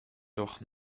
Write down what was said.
doch